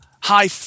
high